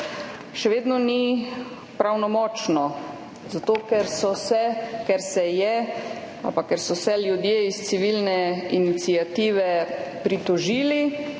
še vedno ni pravnomočno. Zato ker so se ljudje iz civilne iniciative pritožili.